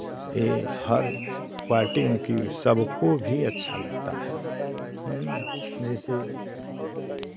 ये हर क्वालिटी उनकी सबको भी अच्छा लगता है जैसे